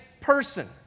person